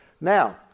Now